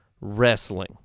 wrestling